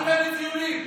אל תיתן לי ציונים,